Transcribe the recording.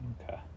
Okay